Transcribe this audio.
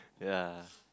yea